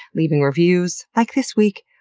leaving reviews. like this week,